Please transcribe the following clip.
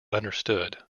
understood